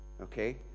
okay